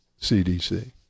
CDC